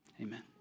Amen